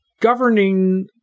governing